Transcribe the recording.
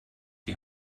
die